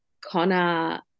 Connor